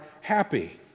happy